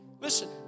listen